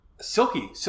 Silky